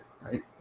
right